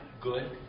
good